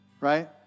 right